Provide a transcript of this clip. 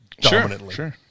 dominantly